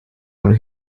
ohne